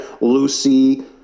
Lucy